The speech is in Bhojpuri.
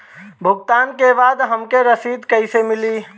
भुगतान के बाद हमके रसीद कईसे मिली?